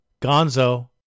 Gonzo